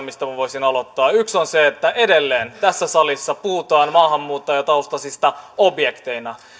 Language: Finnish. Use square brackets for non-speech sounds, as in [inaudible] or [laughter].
[unintelligible] mistä minä voisin aloittaa yksi on se että edelleen tässä salissa puhutaan maahanmuuttajataustaisista objekteina